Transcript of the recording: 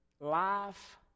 life